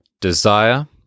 desire